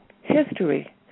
history